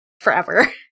Forever